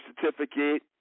certificate